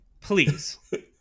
please